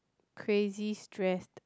crazy stressed